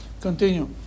Continue